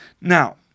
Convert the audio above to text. Now